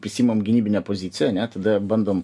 prisiimam gynybinę poziciją ane tada bandom